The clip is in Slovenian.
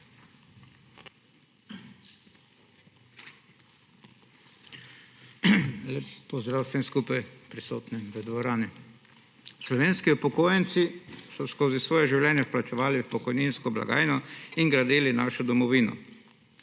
Lep pozdrav vsem prisotnim v dvorani! Slovenski upokojenci so skozi svoje življenje vplačevali v pokojninsko blagajno in gradili našo domovino.